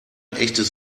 echtes